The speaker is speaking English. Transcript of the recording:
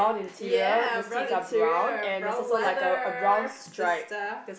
ya brown interior brown leather sister